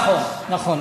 נכון, נכון.